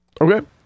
Okay